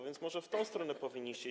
Więc może w tę stronę powinniście iść.